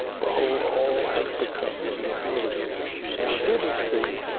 behold all has become new and i will give this to you.